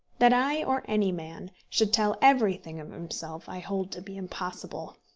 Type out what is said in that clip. that i, or any man, should tell everything of himself, i hold to be impossible.